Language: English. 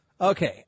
Okay